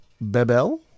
Bebel